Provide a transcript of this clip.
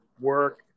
work